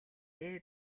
дээ